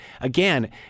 again